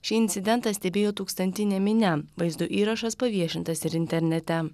šį incidentą stebėjo tūkstantinė minia vaizdo įrašas paviešintas ir internete